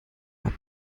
hat